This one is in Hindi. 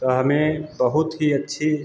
तो हमें बहुत ही अच्छी